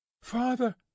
Father